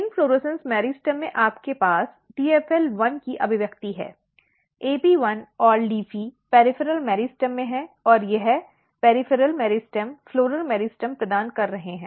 inflorescence meristem में आपके पास TFL1 की अभिव्यक्ति है AP1 और LEAFY पॅरिफ़ॅरॅल मेरिस्टम में हैं और यह पॅरिफ़ॅरॅल मेरिस्टम फ़्लॉरल मेरिस्टम प्रदान कर रहे हैं